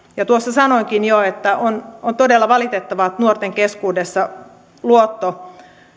sanoinkin jo että on on todella valitettavaa että nuorten keskuudessa luotto